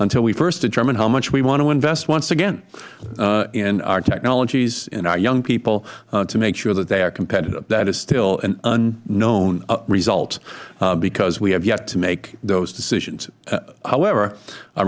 until we first determine how much we want to invest once again in our technologies and our young people to make sure that they are competitive that is still an unknown result because we have yet to make those decisions however